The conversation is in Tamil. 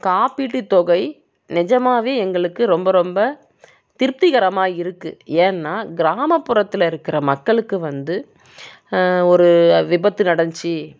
காப்பீட்டு தொகை நிஜமாவே எங்களுக்கு ரொம்ப ரொம்ப திருப்திகரமாக இருக்குது ஏன்னால் கிராமப்புறத்தில் இருக்கிற மக்களுக்கு வந்து ஒரு விபத்து நடந்துச்சி